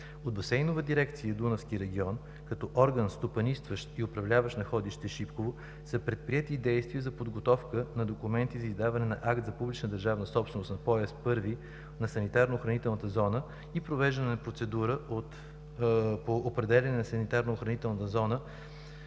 От Басейнова дирекция „Дунавски регион“, като орган, стопанисващ и управляващ находище „Шипково“, са предприети действия за подготовка на документи за издаване на акт за публична държавна собственост на пояс първи на санитарно-охранителната зона и провеждане на процедура по определяне на санитарно-охранителната зона